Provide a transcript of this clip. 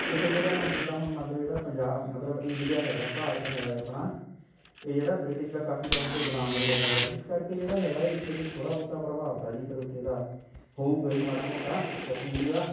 ਇੱਥੇ ਜਿਹੜਾ ਹੁਣ ਜਿੱਦਾਂ ਹੁਣ ਮੰਨ ਲਉ ਜਿਹੜਾ ਪੰਜਾ ਮਤਲਬ ਇੰਡੀਆ ਹੈਗਾ ਭਾਰਤ ਹੈਗਾ ਆਪਣਾ ਇਹ ਜਿਹੜਾ ਬ੍ਰਿਟਿਸ਼ ਦਾ ਕਾਫੀ ਟਾਈਮ ਤੋਂ ਗੁਲਾਮ ਰਿਹਾ ਹੈਗਾ ਇਸ ਕਰਕੇ ਜਿਹੜਾ ਹੈਗਾ ਇੱਥੇ ਤਾਂ ਥੋੜ੍ਹਾ ਬਹੁਤਾ ਪ੍ਰਭਾਵ ਤਾਂ ਜੀ ਫਿਰ ਉੱਥੇ ਦਾ ਹੋਵੇਗਾ ਹੀ ਮਾੜਾ ਮੋਟਾ ਪੱਛਮੀ ਉਹਦਾ